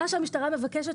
מה שהמשטרה מבקש,